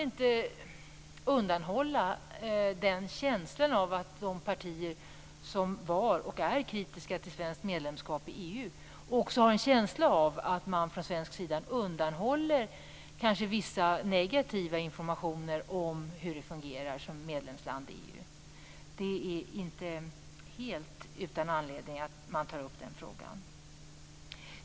Från de partier som är kritiska till svenskt medlemskap i EU har vi kanske en känsla av att man från svensk sida undanhåller vissa negativa informationer om hur Sverige fungerar som medlemsland i EU. Det är inte helt utan anledning som vi tar upp den frågan.